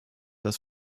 das